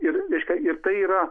ir reiškia ir tai yra